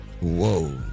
Whoa